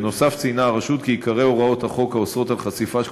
בנוסף ציינה הרשות כי עיקרי הוראות החוק האוסרות חשיפה של